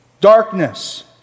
darkness